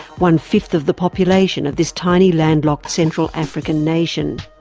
one fifth of the population of this tiny, landlocked central african nation.